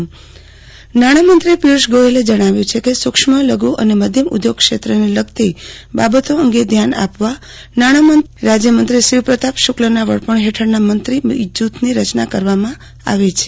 આરતી ભદ્દ નાણા મંત્રી પીયુ ષ ગોયલ નાણામંત્રી પીયુષ ગોયલે જણાવ્યું છે કે સુક્ષ્મ લઘુ અને મધ્યમ ઉદ્યોગ ક્ષેત્રને લગતી બાબતો અંગે ધ્યાન આપવા નાણાં રાજ્યમંત્રી શિવપ્રતાપ શુક્લના વડપણ હેઠળના મંત્રી જૂથની રચના કરવામાં આવી છે